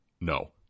no